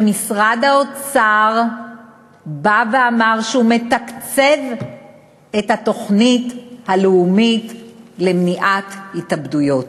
שמשרד האוצר בא ואמר שהוא מתקצב את התוכנית הלאומית למניעת התאבדויות,